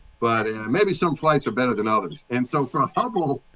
but maybe some flights are better than others. and so from hubble,